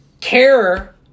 care